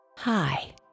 Hi